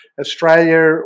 Australia